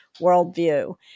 worldview